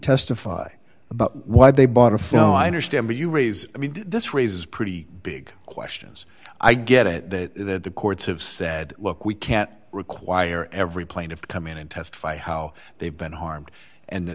testify about why they bought a fellow i understand but you raise i mean this raises pretty big questions i get it that the courts have said look we can't require every plane of come in and testify how they've been harmed and th